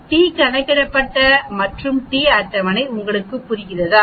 t கணக்கிடப்பட்ட மற்றும் t அட்டவணை உங்களுக்கு புரிகிறதா